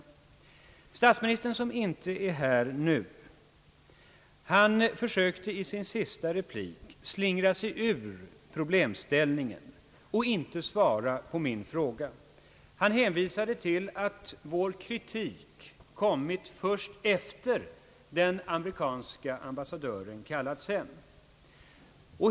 Statsministern, som inte är här nu, försökte i sin sista replik slingra sig ur problemställningen och svarade inte på min fråga om han vid utrikesnämndens sammanträde den 1 mars kände till att den amerikanske ambassadören hemkallats och varför statsministern i så fall inte informerat ledamöterna om detta. Han hänvisade i stället till att vår kritik kommit först efter den amerikanske ambassadörens hemkallande.